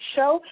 Show